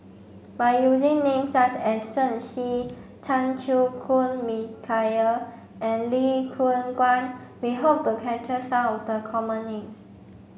by using names such as Shen Xi Chan Chew Koon and Lee Choon Guan we hope the capture some of the common names